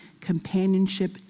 companionship